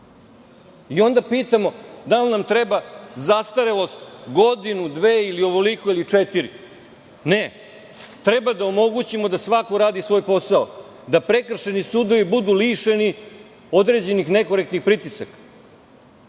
Onda pitamo, da li nam treba zastarelost, godinu, dve ili ovoliko, ili četiri? Ne, treba da omogućimo da svako radi svoj posao, da prekršajni sudovi budu lišeni određenih nekorektnih pritisaka. Imam